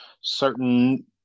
certain